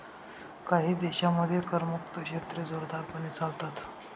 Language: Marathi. काही देशांमध्ये करमुक्त क्षेत्रे जोरदारपणे चालतात